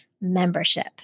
membership